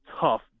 tough